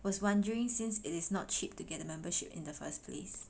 was wondering since it is not cheap to get the membership in the first place